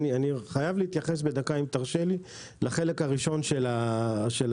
אני חייב להתייחס בדקה אם תרשה לי לחלק הראשון של הדיון,